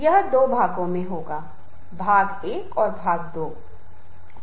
जहां तक नेतृत्व का संबंध है यह एक बहुत बड़ा विषय है महत्वपूर्ण विषय है